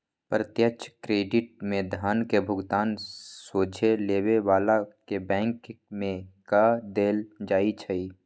प्रत्यक्ष क्रेडिट में धन के भुगतान सोझे लेबे बला के बैंक में कऽ देल जाइ छइ